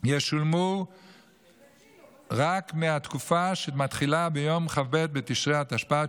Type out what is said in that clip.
ישולמו רק מהתקופה שמתחילה ביום כ"ב בתשרי התשפ"ד,